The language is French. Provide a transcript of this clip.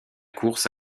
course